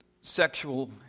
sexual